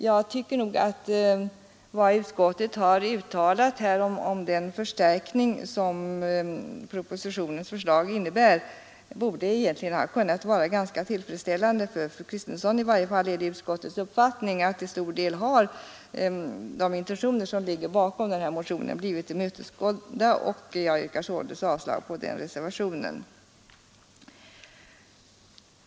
Jag tycker därför att vad utskottet har uttalat om den förstärkning som propositionens förslag innebär borde vara ganska tillfredsställande för fru Kristensson. I varje fall är det utskottets uppfattning att motionens intentioner till stor del har tillgodosetts. Jag yrkar således avslag på reservationen 1.